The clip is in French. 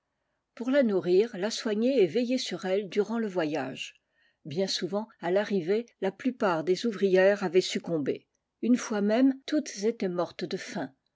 pour la nourrir la soigner et veiller sur elle durant le voyage bien souvent à l'arrivée la plupart des ouvrières avaient succombé une fois mèoie toutes étaient mortes de faim